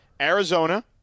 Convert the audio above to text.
Arizona